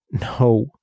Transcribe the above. No